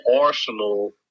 arsenal